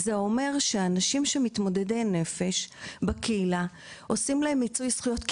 זה אומר שעושים למתמודדי הנפש בקהילה מיצוי זכויות,